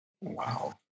wow